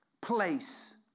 place